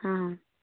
ହଁ